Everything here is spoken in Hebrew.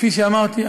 כפי שאמרתי,